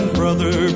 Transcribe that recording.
brother